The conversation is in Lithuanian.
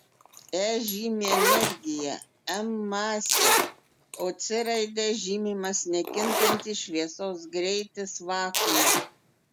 e žymi energiją m masę o c raide žymimas nekintantis šviesos greitis vakuume